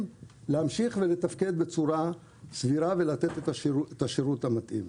להמשיך לתפקד בצורה סבירה ולתת את השירות המתאים.